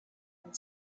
and